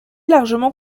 largement